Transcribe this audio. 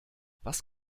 was